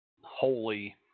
holy